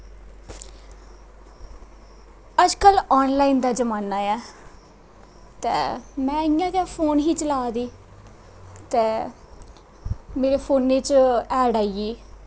अजकल्ल online दा जमाना ऐ ते में इ'यां गै फोन ही चला दी ते मेरै फोनै च ऐड आई गेई